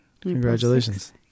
Congratulations